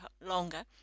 longer